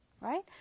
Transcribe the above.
Right